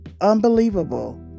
unbelievable